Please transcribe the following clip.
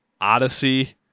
Odyssey